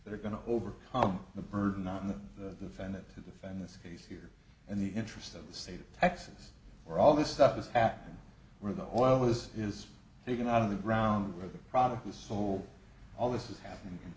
that are going to overcome the burden on the senate to defend this case here in the interest of the state of texas where all this stuff is happening where the oil was is taken out of the ground where the product was sold all this is happening